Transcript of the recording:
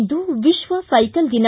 ಇಂದು ವಿಶ್ವ ಸೈಕಲ್ ದಿನ